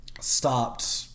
stopped